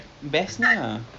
bestnya